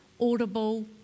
audible